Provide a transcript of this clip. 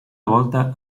volta